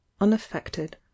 unaffected